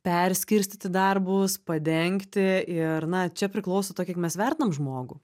perskirstyti darbus padengti ir na čia priklauso to kiek mes vertinam žmogų